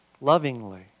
lovingly